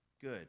good